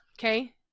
Okay